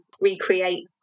recreate